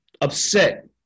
upset